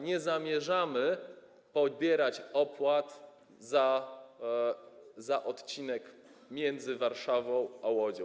Nie zamierzamy pobierać opłat na odcinku między Warszawą a Łodzią.